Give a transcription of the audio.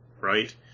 right